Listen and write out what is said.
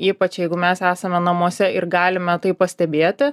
ypač jeigu mes esame namuose ir galime tai pastebėti